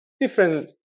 Different